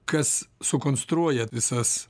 kas sukonstruoja visas